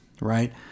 right